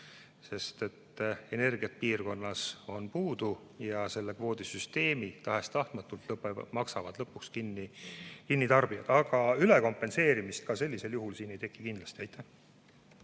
Sest energiat piirkonnas on puudu ja selle kvoodisüsteemi tahes-tahtmatult maksavad lõpuks kinni tarbijad. Aga ülekompenseerimist ka sellisel juhul ei teki kindlasti.